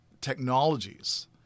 technologies